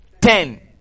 ten